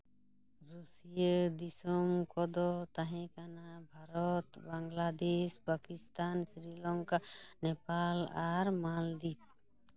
Russia ᱫᱤᱥᱚᱢ ᱠᱚᱫᱚ ᱛᱟᱦᱮᱸ ᱠᱟᱱᱟ ᱵᱷᱟᱨᱚᱛ ᱵᱟᱝᱞᱟᱫᱮᱥ ᱯᱟᱠᱤᱥᱛᱷᱟᱱ ᱥᱨᱤᱞᱚᱝᱠᱟ ᱱᱮᱯᱟᱞ ᱟᱨ ᱢᱟᱞᱫᱤᱯ